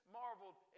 marveled